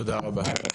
תודה רבה.